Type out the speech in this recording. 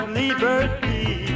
liberty